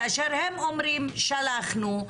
כאשר הם אומרים שלחנו.